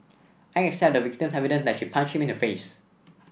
I accept the victim's evidence that she punched him in the face